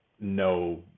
no